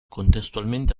contestualmente